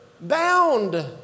bound